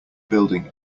building